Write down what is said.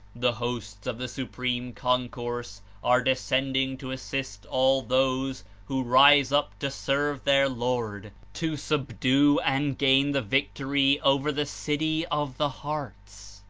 the hosts of the supreme concourse are descending to assist all those who rise up to serve their lord, to subdue and gain the victory over the city of the hearts,